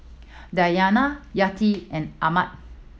Diyana Yati and Ahmad